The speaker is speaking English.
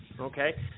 Okay